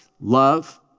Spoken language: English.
Love